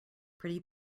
pretty